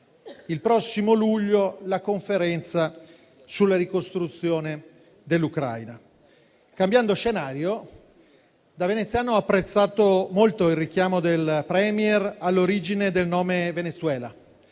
il prossimo luglio la conferenza sulla ricostruzione dell'Ucraina. Cambiando scenario, da veneziano ho apprezzato molto il richiamo del *Premier* all'origine del nome Venezuela: